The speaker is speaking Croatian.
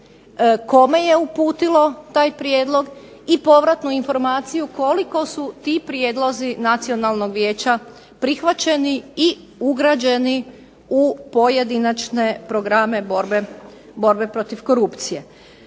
kome je uputilo taj prijedlog i povratnu informaciju koliko su ti prijedlozi Nacionalnog vijeća prihvaćeni i ugrađeni u pojedinačne programe borbe protiv korupcije.